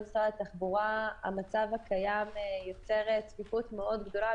התחבורה המצב הקיים יוצר צפיפות מאוד גדולה,